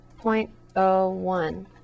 0.01